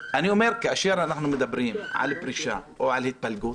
אני אומר שכאשר אנחנו מדברים על פרישה או על התפלגות